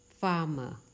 Farmer